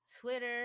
Twitter